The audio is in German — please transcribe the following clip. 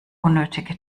unnötige